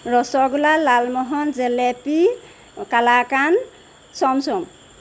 rasgulla lalmohan jalebi kalakand chamcham